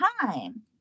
time